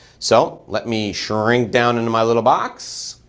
so, let me shrink down into my little box.